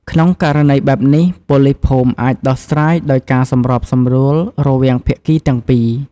ក្នុងករណីបែបនេះ ប៉ូលីសភូមិអាច ដោះស្រាយដោយការសម្របសម្រួល រវាងភាគីទាំងពីរ។